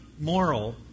moral